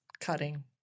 cutting